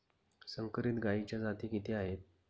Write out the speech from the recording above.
संकरित गायीच्या जाती किती आहेत?